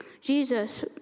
Jesus